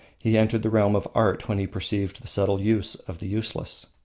he entered the realm of art when he perceived the subtle use of the useless.